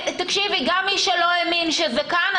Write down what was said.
גם מי שלא האמין שזה כאן,